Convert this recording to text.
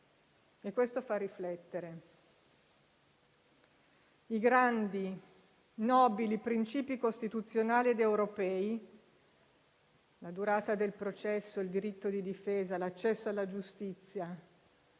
e questo fa riflettere. I grandi, nobili principi costituzionali ed europei (la durata del processo, il diritto di difesa, l'accesso alla giustizia)